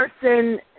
person